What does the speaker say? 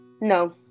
No